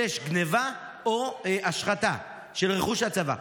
גנבה או השחתה של רכוש הצבא.